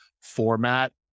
format